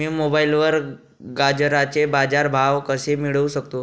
मी मोबाईलवर गाजराचे बाजार भाव कसे मिळवू शकतो?